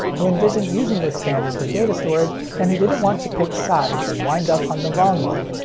who envisioned using this standard for data storage, and who didn't want to pick sides and wind up on the wrong one.